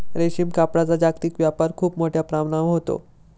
रेशीम कापडाचा जागतिक व्यापार खूप मोठ्या प्रमाणावर होतो